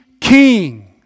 King